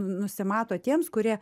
nusimato tiems kurie